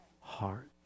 heart